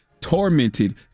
tormented